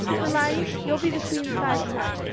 hermione, you'll be the queen side knight.